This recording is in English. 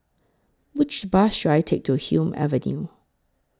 Which Bus should I Take to Hume Avenue